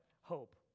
Hope